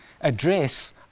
address